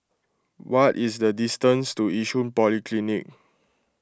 what is the distance to Yishun Polyclinic